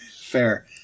fair